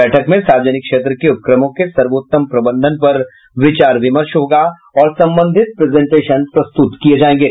बैठक में सार्वजनिक क्षेत्र के उपक्रमों के सर्वोत्तम प्रबंधन पर विचार विमर्श होगा और संबंधित प्रेजंटेशन प्रस्तुत किये जाएंगे